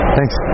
thanks